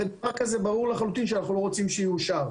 הרי דבר כזה ברור לחלוטין שאנחנו לא רוצים שיאושר.